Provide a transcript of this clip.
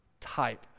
type